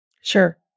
Sure